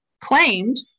claimed